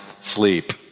sleep